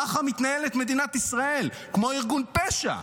ככה מתנהלת מדינת ישראל, כמו ארגון פשע.